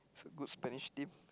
is a good Spanish team